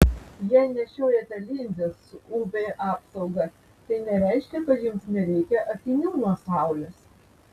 jei nešiojate linzes su uv apsauga tai nereiškia kad jums nereikia akinių nuo saulės